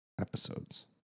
episodes